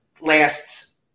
lasts